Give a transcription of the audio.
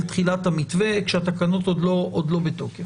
תחילת המתווה כשהתקנות עוד לא בתוקף.